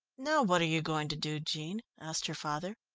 now what are you going to do, jean? asked her father.